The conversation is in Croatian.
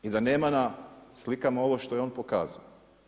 I da nema na slikama ovo što je on pokazao.